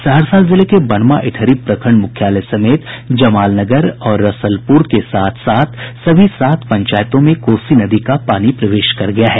सहरसा जिले के बनमा ईंटहरी प्रखंड मुख्यालय समेत जमालनगर और रसलपुर के साथ साथ सभी सात पंचायतों में कोसी नदी के पानी प्रवेश कर गया है